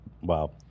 Wow